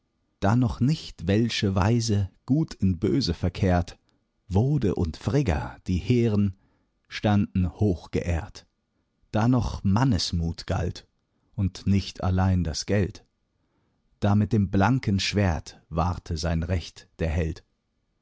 da noch nicht welsche weise gut in böse verkehrt wode und frigga die hehren standen hochgeehrt da noch mannesmut galt und nicht allein das geld da mit dem blanken schwert wahrte sein recht der held